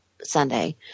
Sunday